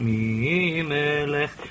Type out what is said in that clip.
Mimelech